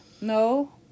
No